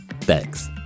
thanks